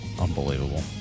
Unbelievable